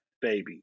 baby